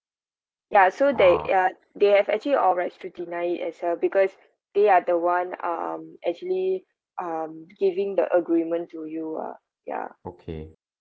ya so they ya they have actually all rights to deny it as well because they are the one um actually um giving the agreement to you ah ya